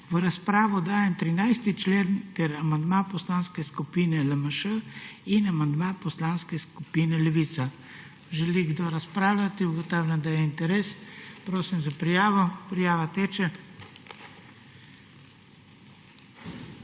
V razpravo dajem 13. člen ter amandma Poslanske skupine LMŠ in amandma Poslanske skupine Levica. Želi kdo razpravljati? Da. Ugotavljam, da je interes. Prosim za prijavo. Prijava teče.